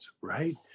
right